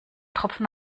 tropfen